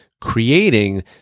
creating